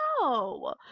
No